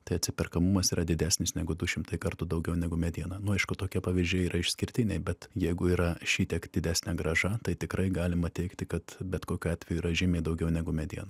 tai atsiperkamumas yra didesnis negu du šimtai kartų daugiau negu mediena nu aišku tokie pavyzdžiai yra išskirtiniai bet jeigu yra šitiek didesnė grąža tai tikrai galima teigti kad bet kokiu atveju yra žymiai daugiau negu mediena